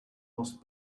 last